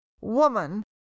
Woman